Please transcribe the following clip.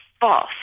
false